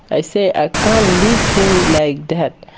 i say i can't leave him like that.